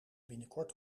binnenkort